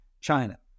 China